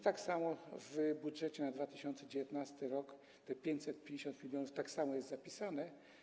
Tak samo jest w budżecie na 2019 r., te 550 mln tak samo jest zapisane.